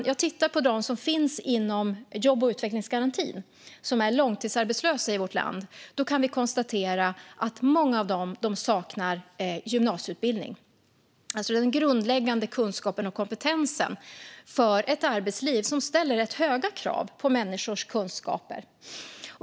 Jag har tittat på dem som finns inom jobb och utvecklingsgarantin, långtidsarbetslösa, i vårt land. Vi kan konstatera att många av dem saknar gymnasieutbildning, det vill säga den grundläggande kunskapen och kompetensen för ett arbetsliv som ställer rätt höga krav på människors kunskaper.